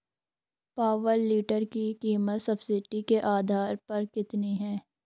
Power tiller की कीमत subsidy के आधार पर कितनी है?